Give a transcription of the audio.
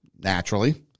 naturally